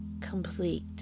complete